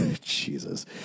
Jesus